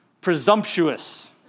presumptuous